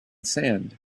sand